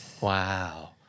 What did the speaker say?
wow